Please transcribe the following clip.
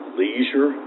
leisure